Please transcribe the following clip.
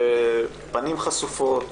בפנים חשופות,